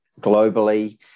globally